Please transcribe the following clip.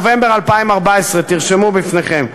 נובמבר 2014. תרשמו לפניכם: